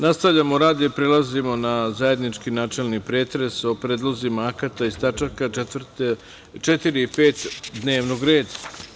Nastavljamo rad i prelazimo na Zajednički načelni pretres o predlozima akata iz tačaka 4. i 5. dnevnog reda.